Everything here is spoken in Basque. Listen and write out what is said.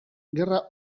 gerra